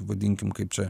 vadinkim kaip čia